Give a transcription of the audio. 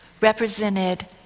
represented